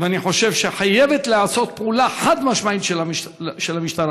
ואני חושב שחייבת להיעשות פעולה חד-משמעית של המשטרה.